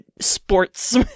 sports